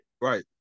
Right